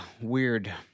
weird